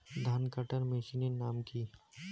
ধান কাটার মেশিনের নাম কি?